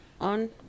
on